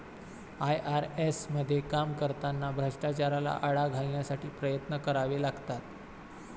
IRS मध्ये काम करताना भ्रष्टाचाराला आळा घालण्यासाठी प्रयत्न करावे लागतात